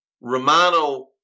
Romano